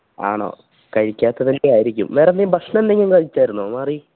ആണോ കഴിക്കാത്തത്തിൻ്റെ ആയിരിക്കും വേറെ എന്തേലും ഭക്ഷണം എന്തെങ്കിലും കഴിച്ചായിരുന്നോ മാറി